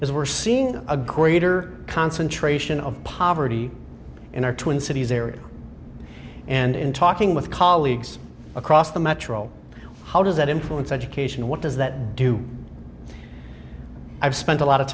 is we're seeing a greater concentration of poverty in our twin cities area and in talking with colleagues across the metro how does that influence education what does that do i've spent a lot of